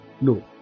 No